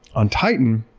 on titan,